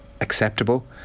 acceptable